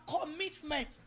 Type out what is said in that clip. commitment